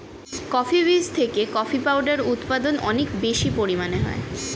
coffee বীজ থেকে coffee powder উৎপাদন অনেক বেশি পরিমাণে হয়